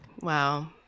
Wow